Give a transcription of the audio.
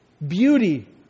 Beauty